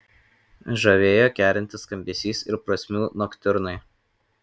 žavėjo kerintis skambesys ir prasmių noktiurnai